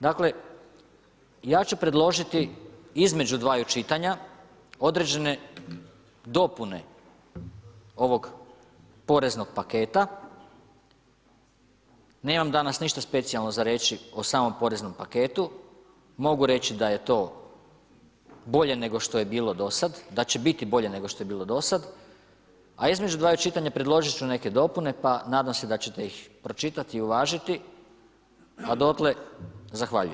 Dakle ja ću predložiti između dvaju čitanja određene dopune ovog poreznog paketa, nemam danas ništa specijalno za reći o samom poreznom paketu, mogu reći da je to bolje nego što je bilo do sad, da će biti bolje nego što je bilo do sad, a između dvaju čitanja predložit ću neke dopune pa nadam se da ćete ih pročitat i uvažiti, a dotle zahvaljujem.